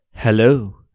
Hello